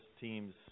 team's